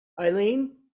eileen